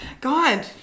God